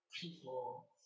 people